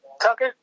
Tucker